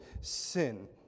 sin